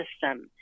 system